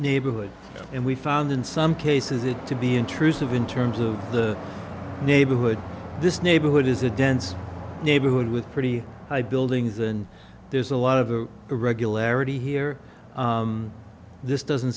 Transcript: neighborhood and we found in some cases it to be intrusive in terms of the neighborhood this neighborhood is a dense neighborhood with pretty high buildings and there's a lot of the regularity here this doesn't